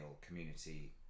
community